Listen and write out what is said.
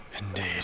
indeed